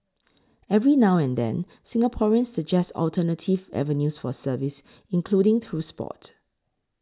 every now and then Singaporeans suggest alternative avenues for service including through sport